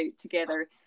together